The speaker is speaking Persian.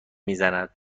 میزند